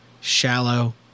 shallow